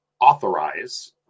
authorize